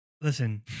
Listen